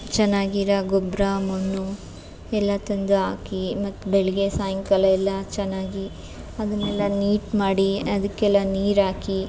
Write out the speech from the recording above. ಚೆನ್ನಾಗಿರೋ ಗೊಬ್ಬರ ಮಣ್ಣು ಎಲ್ಲ ತಂದು ಹಾಕಿ ಮತ್ತು ಬೆಳಿಗ್ಗೆ ಸಾಯಂಕಾಲ ಎಲ್ಲ ಚೆನ್ನಾಗಿ ಅದನ್ನೆಲ್ಲ ನೀಟ್ ಮಾಡಿ ಅದಕ್ಕೆಲ್ಲ ನೀರಾಕಿ